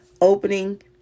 opening